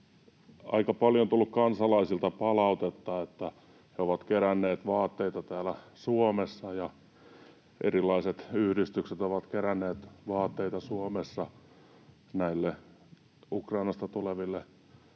Aika paljon on tullut kansalaisilta palautetta, että he ovat keränneet vaatteita täällä Suomessa ja erilaiset yhdistykset ovat keränneet vaatteita Suomessa näille Ukrainasta tuleville